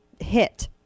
hit